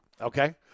okay